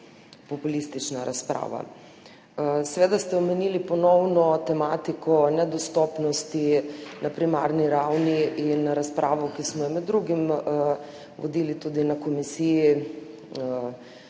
populistična razprava. Seveda ste ponovno omenili tematiko nedostopnosti na primarni ravni in razpravo, ki smo jo med drugim vodili tudi na komisiji